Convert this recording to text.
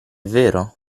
vero